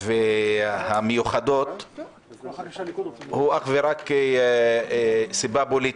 והמיוחדות היא אך ורק סיבה פוליטית,